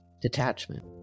detachment